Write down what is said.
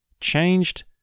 changed